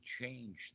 change